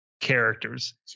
characters